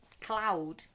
cloud